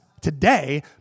today